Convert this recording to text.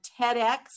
TEDx